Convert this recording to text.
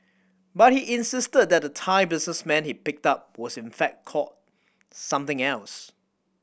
but he insisted that the Thai businessman he picked up was in fact called something else